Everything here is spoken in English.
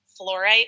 fluorite